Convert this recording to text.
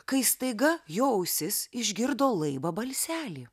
kai staiga jo ausis išgirdo laibą balselį